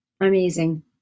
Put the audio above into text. Amazing